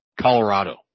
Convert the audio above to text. Colorado